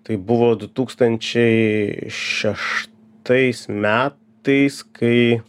tai buvo du tūkstančiai šeštais metais kai